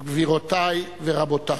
גבירותי ורבותי,